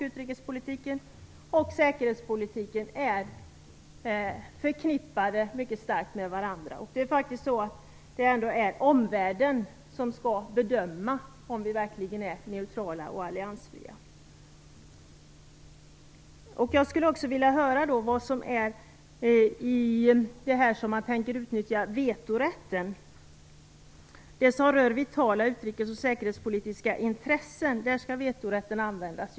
Utrikes och säkerhetspolitiken är mycket starkt förknippade med varandra. Det är ändå omvärlden som skall bedöma om vi verkligen är neutrala och alliansfria. Jag skulle vilja höra hur man tänker utnyttja vetorätten. När det gäller sådant som rör vitala utrikesoch säkerhetspolitiska intressen skall vetorätten användas.